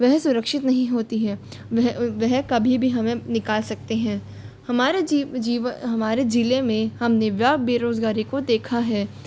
वह सुरक्षित नहीं होती है वह वह कभी भी हमें निकाल सकते हैं हमारे जीव जीव हमारे ज़िले में हमने वह बेरोज़गारी को देखा है